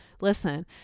listen